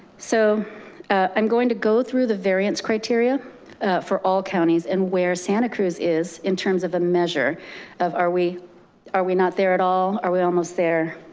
so i'm going to go through the variance criteria for all counties and where santa cruz is in terms of a measure of, are we are we not there at all? are we almost there?